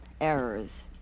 Errors